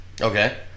Okay